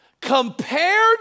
Compared